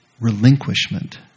relinquishment